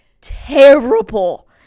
terrible